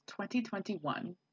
2021